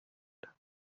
شدم